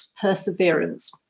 perseverance